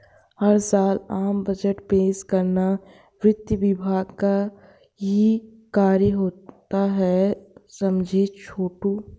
हर साल आम बजट पेश करना वित्त विभाग का ही कार्य होता है समझे छोटू